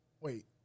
Wait